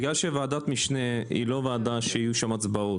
בגלל שוועדת משנה היא ועדה שלא יהיו בה הצבעות.